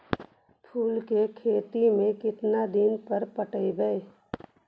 फूल के खेती में केतना दिन पर पटइबै?